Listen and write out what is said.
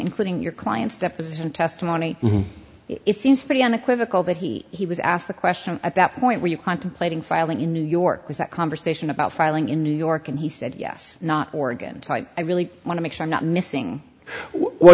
including your client's deposition testimony it seems pretty unequivocal that he he was asked the question at that point were you contemplating filing in new york with that conversation about filing in new york and he said yes not org and i really want to make sure not missing w